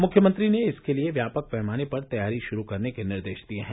मुख्यमंत्री ने इसके लिए व्यापक पैमाने पर तैयारी शुरू करने के निर्देश दिए हैं